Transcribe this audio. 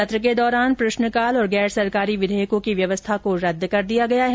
सत्र के दौरान प्रश्नकाल और गैर सरकारी विधेयकों की व्यवस्था को रद्द कर दिया गया है